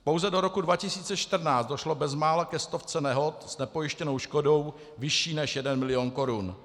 Pouze do roku 2014 došlo bezmála ke stovce nehod s nepojištěnou škodou vyšší než jeden milion korun.